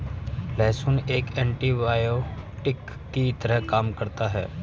लहसुन एक एन्टीबायोटिक की तरह काम करता है